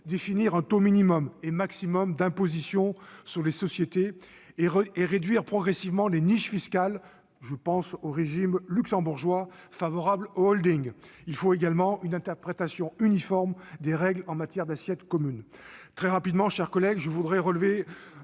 définir un taux minimum et maximum d'imposition sur les sociétés et réduire progressivement les niches fiscales- je pense au régime luxembourgeois favorable aux holdings. Il faut également une interprétation uniforme des règles en matière d'assiette commune. Très rapidement, mes chers collègues, je voudrais insister